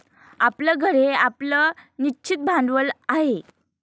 आपलं घर हे आपलं निश्चित भांडवल आहे